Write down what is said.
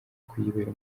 kuyibera